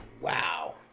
wow